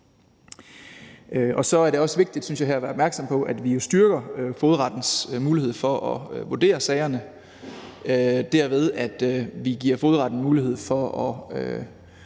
at være opmærksom på, at vi styrker fogedrettens mulighed for at vurdere sagerne, derved at vi giver fogedretten mulighed for at